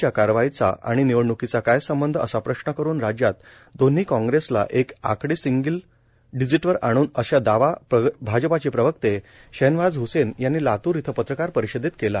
च्या कारवाईचा आणि निवडण्कीचा काय संबंध असा प्रश्न करुन राज्यात दोन्ही कॉग्रेसला एक आकडी सिंगल डिजीटवर आणू असा दावा भाजपाचे प्रवक्ते शहनवाज ह्सेन यांनी लातूर इथं पत्रकार परिषदेत केला